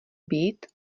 být